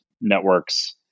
networks